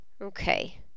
Okay